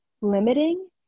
limiting